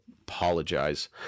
apologize